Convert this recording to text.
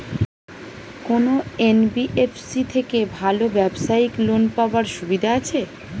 কোন এন.বি.এফ.সি থেকে ভালো ব্যবসায়িক লোন পাওয়ার সুবিধা আছে?